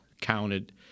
counted